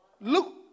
Luke